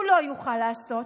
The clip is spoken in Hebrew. הוא לא יוכל לעשות.